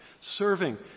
serving